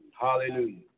Hallelujah